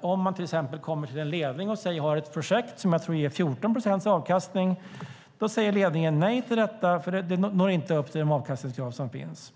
Om man till exempel kommer till en ledning och säger "Jag har ett projekt som jag tror ger 14 procents avkastning", då säger ledningen nej till det, eftersom det inte når upp till de avkastningskrav som finns.